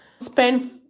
spend